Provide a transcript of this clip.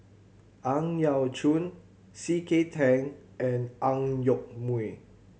Ang Yau Choon C K Tang and Ang Yoke Mooi